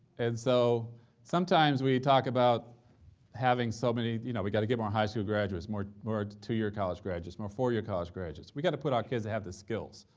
and so sometimes we talk about having so many you know, we got to get more high school graduates, more more two-year college graduates, more four-year college graduates. we got to put out kids that have the skills,